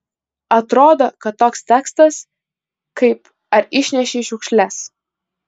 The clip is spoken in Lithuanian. atrodo kad toks tekstas kaip ar išnešei šiukšles